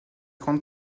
grande